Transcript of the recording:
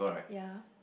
ya